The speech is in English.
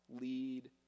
lead